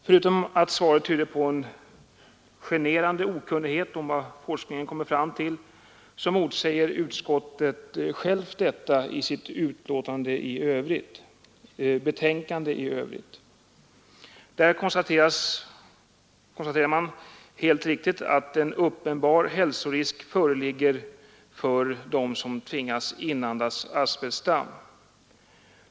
Förutom att svaret tydde på en generande okunnighet om vad forskningen kommit fram till motsades det av utskottet självt i dess betänkande i övrigt. Där konstaterade man helt riktigt att en uppenbar hälsorisk föreligger för dem som tvingats inandas asbestdamm.